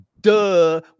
Duh